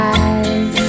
eyes